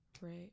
right